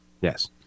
Yes